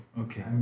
Okay